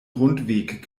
rundweg